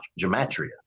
gematria